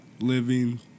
living